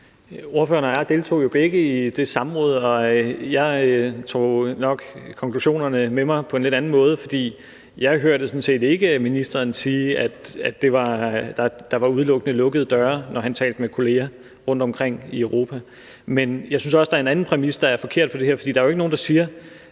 Spørgeren og jeg deltog jo begge i det samråd, og jeg tog nok konklusionerne med mig på en lidt anden måde, for jeg hørte sådan set ikke ministeren sige, at der udelukkende var lukkede døre, når han talte med kolleger rundtomkring i Europa. Men jeg synes også, der er en anden præmis, der er forkert her, for der er jo ikke nogen, der siger,